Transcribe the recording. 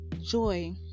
joy